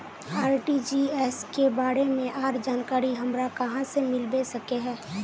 RTGS के बारे में आर जानकारी हमरा कहाँ से मिलबे सके है?